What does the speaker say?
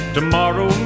Tomorrow